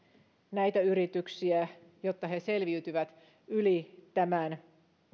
näitä yrityksiä jotta ne selviytyvät yli tämän